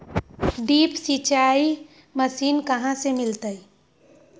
Drip सिंचाई machine कहाँ से मिलतै?